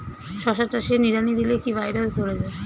শশা চাষে নিড়ানি দিলে কি ভাইরাস ধরে যায়?